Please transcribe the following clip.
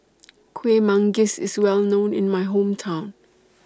Kueh Manggis IS Well known in My Hometown